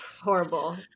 horrible